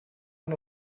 amb